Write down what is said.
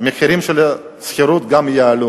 גם המחירים של השכירות יעלו.